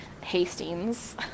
Hastings